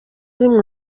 rimwe